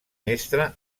mestre